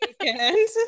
weekend